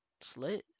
Slit